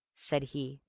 said he.